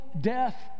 death